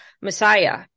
Messiah